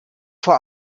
vor